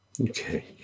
Okay